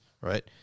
right